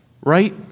right